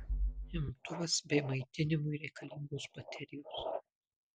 imtuvas bei maitinimui reikalingos baterijos